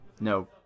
No